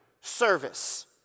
service